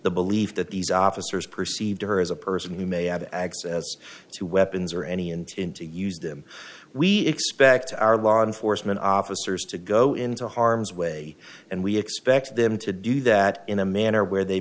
the belief that these officers perceived her as a person who may have access to weapons or any intent to use them we expect our law enforcement officers to go into harm's way and we expect them to do that in a manner where they